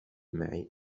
معي